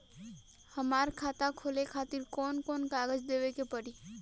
हमार खाता खोले खातिर कौन कौन कागज देवे के पड़ी?